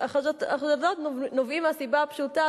החשדות נובעים מהסיבה הפשוטה,